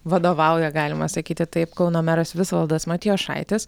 vadovauja galima sakyti taip kauno meras visvaldas matijošaitis